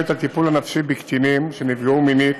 את הטיפול הנפשי בקטינים שנפגעו מינית